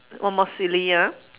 one more silly ah